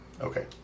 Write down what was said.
Okay